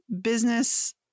business